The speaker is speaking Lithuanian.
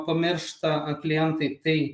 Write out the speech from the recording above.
pamiršta klientai tai